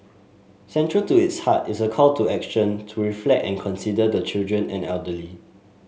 central to its heart is a call to action to reflect and consider the children and elderly